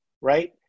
right